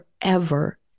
forever